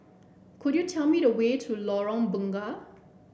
could you tell me the way to Lorong Bunga